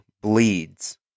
bleeds